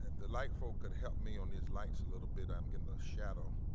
the light folk could help me on these lights a little bit, i'm getting a shadow,